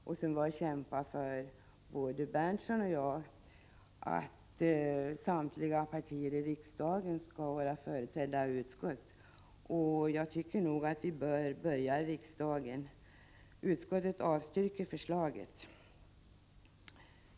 Både Nils Berndtson och jag har kämpat för att samtliga partier i riksdagen skall vara företrädda i utskott, och jag tycker nog att vi bör börja i riksdagen. Utskottet avstyrker förslaget.